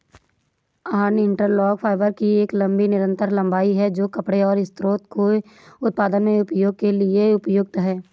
yarn interlock fibre की एक लंबी निरंतर लंबाई है, जो कपड़े और वस्त्रों के उत्पादन में उपयोग के लिए उपयुक्त है